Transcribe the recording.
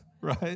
right